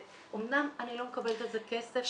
אמנם אני לא מקבלת על זה כסף,